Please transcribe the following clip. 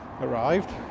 arrived